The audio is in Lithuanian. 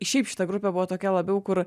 šiaip šita grupė buvo tokia labiau kur